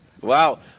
Wow